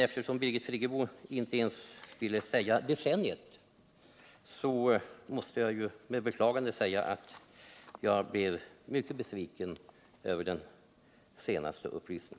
Eftersom Birgit Friggebo inte ens ville nämna decenniet, måste jag tyvärr säga att jag blev mycket besviken över den senaste uppgiften.